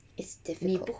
it's difficult